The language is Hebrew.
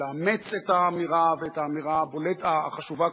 כרגע לא חשוב המניעים,